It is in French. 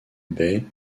baie